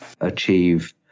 achieve